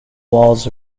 walls